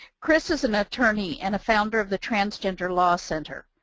chris is an attorney and a founder of the transgender law center.